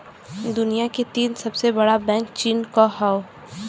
दुनिया के तीन सबसे बड़ा बैंक चीन क हौ